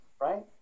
Right